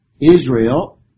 Israel